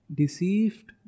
deceived